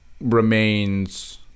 remains